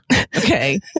Okay